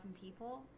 people